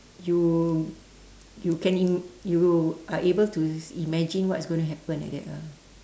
you you can in~ you are able to imagine what's going to happen like that lah